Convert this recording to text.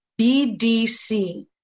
BDC